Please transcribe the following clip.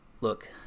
look